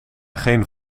geen